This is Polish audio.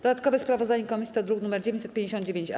Dodatkowe sprawozdanie komisji to druk nr 959-A.